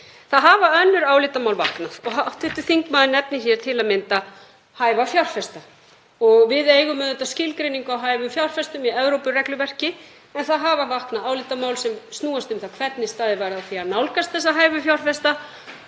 Það hafa önnur álitamál vaknað og hv. þingmaður nefnir hér til að mynda hæfa fjárfesta. Við eigum auðvitað skilgreiningu á hæfum fjárfestum í Evrópuregluverki, en það hafa vaknað álitamál sem snúast um það hvernig staðið var að því að nálgast þessa hæfu fjárfesta